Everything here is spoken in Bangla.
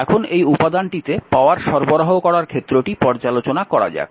এখন এই উপাদানটিতে পাওয়ার সরবরাহ করার ক্ষেত্রটি পর্যালোচনা করা যাক